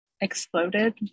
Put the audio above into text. exploded